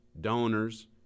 donors